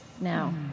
now